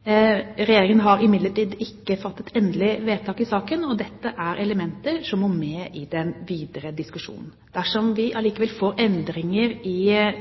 Regjeringen har imidlertid ikke fattet endelig vedtak i saken, og dette er elementer som må med i den videre diskusjonen. Dersom vi allikevel får endringer i